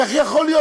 איך יכול להיות?